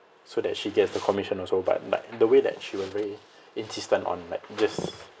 so that she gets the commission also but like the way that she was very insistent on like just